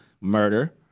murder